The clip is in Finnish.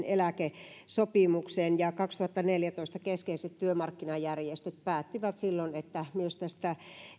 eläkesopimukseen ja silloin kaksituhattaneljätoista keskeiset työmarkkinajärjestöt päättivät että myös tästä